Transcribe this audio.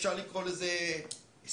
אפשר לקרוא לזה הסכם,